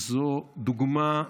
וזו דוגמה,